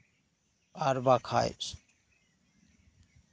ᱟᱨ ᱵᱟᱠᱷᱟᱱ